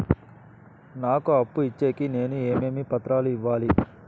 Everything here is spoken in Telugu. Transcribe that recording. నాకు అప్పు ఇచ్చేకి నేను ఏమేమి పత్రాలు ఇవ్వాలి